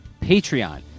patreon